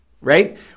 right